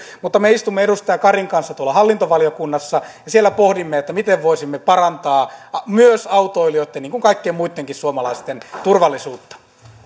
mutta me istumme edustaja karin kanssa hallintovaliokunnassa ja siellä pohdimme miten voisimme parantaa myös autoilijoitten niin kuin kaikkien muittenkin suomalaisten turvallisuutta